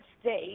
state